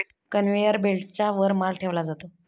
conveyor बेल्टच्या वर माल ठेवला जातो